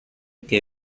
que